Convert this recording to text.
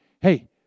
Hey